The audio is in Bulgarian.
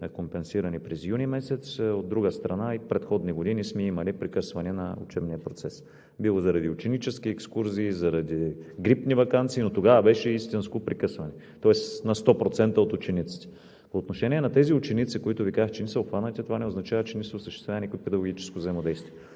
компенсиране през юни месец. От друга страна, и предходни години сме имали прекъсване на учебния процес – било заради ученически екскурзии, заради грипни ваканции, но тогава беше истинско прекъсване, тоест на 100% от учениците. По отношение на тези ученици, които Ви казах, че не са обхванати, това не означава, че не са осъществявани като педагогическо взаимодействие.